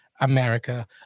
America